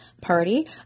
Party